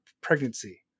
pregnancy